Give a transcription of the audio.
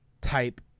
type